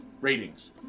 ratings